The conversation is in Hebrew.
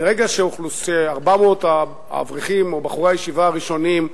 מרגע ש-400 האברכים, או בחורי הישיבה הראשונים,